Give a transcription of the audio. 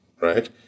right